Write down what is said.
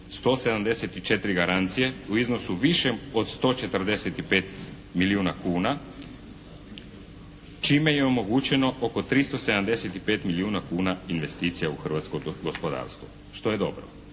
174 garancije u iznosu višem od 145 milijuna kuna čime je omogućeno oko 375 milijuna kuna investicija u hrvatsko gospodarstvo, što je dobro.